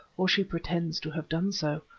or she pretends to have done so.